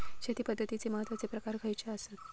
शेती पद्धतीचे महत्वाचे प्रकार खयचे आसत?